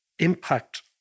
impact